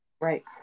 Right